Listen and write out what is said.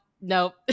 nope